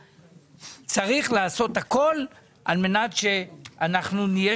צריך לעשות הכול על מנת שאנחנו נהיה